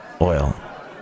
oil